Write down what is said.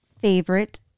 favorite